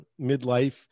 midlife